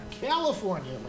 California